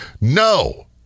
No